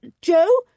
Joe